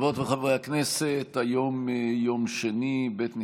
דברי הכנסת כג / מושב שני / ישיבות קל"ז קל"ח / ב' וד'